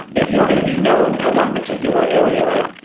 if you're going to be known for one particular area,